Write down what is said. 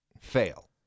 fail